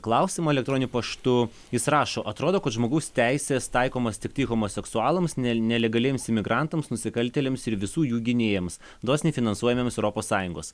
klausimą elektroniniu paštu jis rašo atrodo kad žmogaus teisės taikomos tiktai homoseksualams nel nelegaliems imigrantams nusikaltėliams ir visų jų gynėjams dosniai finansuojamiems europos sąjungos